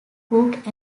cook